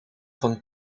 van